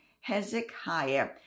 Hezekiah